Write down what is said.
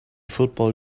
football